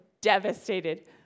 devastated